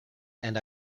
and